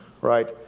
right